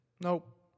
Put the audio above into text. Nope